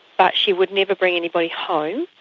but she would never bring anybody home,